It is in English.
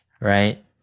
right